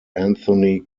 anthony